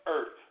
Earth